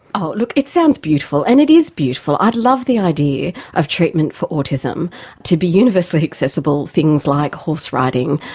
ah look, it sounds beautiful, and it is beautiful. i'd love the idea of treatment for autism to be universally accessible, things like horseriding,